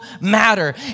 matter